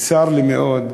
צר לי מאוד,